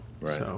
Right